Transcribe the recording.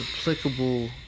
applicable